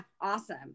Awesome